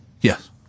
Yes